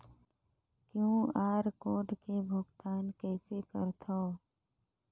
QR code से भुगतान कइसे करथव?